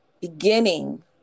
beginning